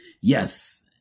yes